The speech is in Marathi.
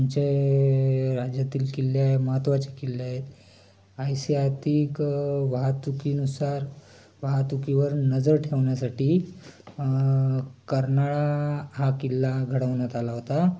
आमचे राज्यातील किल्ले आहे महत्त्वाचे किल्ले आहेत ऐसिहातिक वाहतुकीनुसार वाहतुकीवर नजर ठेवण्यासाठी कर्नाळा हा किल्ला घडवण्यात आला होता